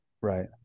Right